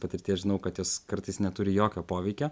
patirties žinau kad jos kartais neturi jokio poveikio